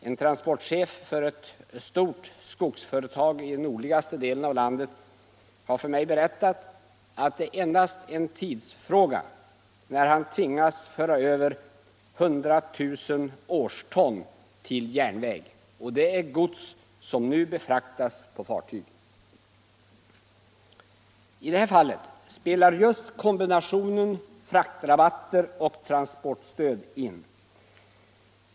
En transportchef för ett stort skogsföretag i nordligaste delen av landet har för mig berättat att det endast är en tidsfråga när han tvingas föra över 100 000 årston till järnväg. Det är gods som nu befordras på fartyg. I det här fallet spelar just kombinationen fraktrabatter och transportstöd in.